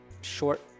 short